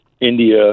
India